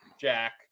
jack